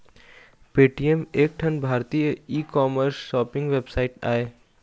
Paytm एक ठन भारतीय ई कामर्स सॉपिंग वेबसाइट आय